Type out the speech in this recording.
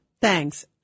thanks